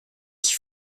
qui